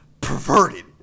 perverted